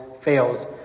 fails